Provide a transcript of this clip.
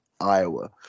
Iowa